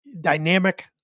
dynamic